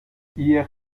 hier